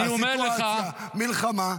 הסיטואציה, מלחמה.